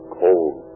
cold